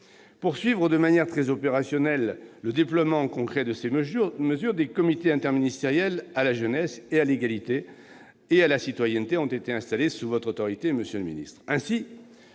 de suivre de manière très opérationnelle le déploiement concret de ces mesures, des comités interministériels à la jeunesse, à l'égalité et à la citoyenneté ont été installés sous votre autorité, monsieur le ministre.